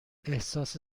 احساس